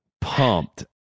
pumped